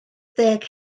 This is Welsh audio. deg